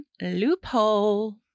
loophole